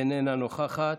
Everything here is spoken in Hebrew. איננה נוכחת,